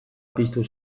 piztu